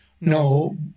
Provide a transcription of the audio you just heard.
No